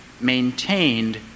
maintained